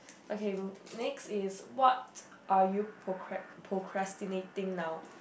okay next is what are you procra~ procrastinating now